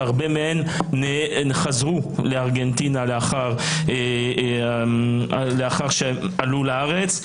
והרבה מהם חזרו לארגנטינה לאחר שעלו לארץ.